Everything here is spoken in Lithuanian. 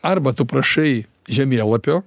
arba tu prašai žemėlapio